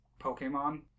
pokemon